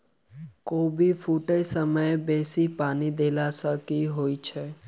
कोबी फूटै समय मे बेसी पानि देला सऽ की होइ छै?